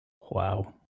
wow